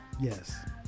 yes